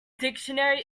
dictionary